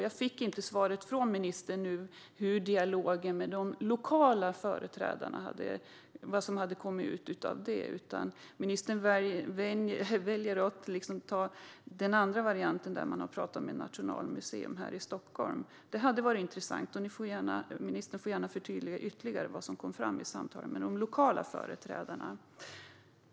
Jag fick inget svar från ministern på vad som kom ut av dialogen med de lokala företrädarna, utan ministern valde i stället att ta upp dialogen med Nationalmuseum här i Stockholm. Det hade varit intressant med ett svar, så ministern får gärna förtydliga ytterligare vad som kom fram i samtalen med de lokala företrädarna.